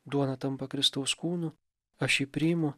duona tampa kristaus kūnu aš jį priimu